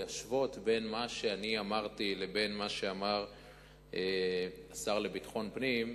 להשוות בין מה שאני אמרתי לבין מה שאמר השר לביטחון הפנים,